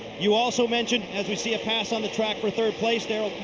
you also mentioned as we see a pass on the track for third place, darrell,